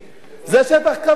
זה שטח כבוש.